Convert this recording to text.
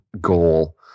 goal